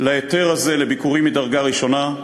בהיתר הזה לביקורי קרובים מדרגה ראשונה,